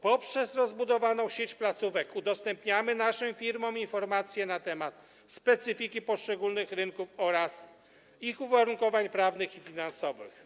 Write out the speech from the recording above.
Poprzez rozbudowaną sieć placówek udostępniamy naszym firmom informacje na temat specyfiki poszczególnych rynków oraz ich uwarunkowań prawnych i finansowych.